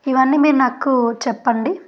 ఇవన్నీ మీరు నాకు చెప్పండి